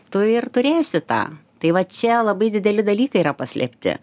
tu ir turėsi tą tai va čia labai dideli dalykai yra paslėpti